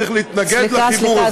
צריך להתנגד לחיבור הזה, סליחה.